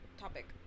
Topic